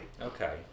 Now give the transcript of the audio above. Okay